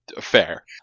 Fair